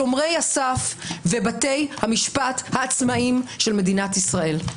שומרי הסף ובתי המשפט העצמאיים של מדינת ישראל.